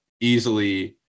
easily